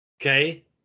Okay